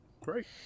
Great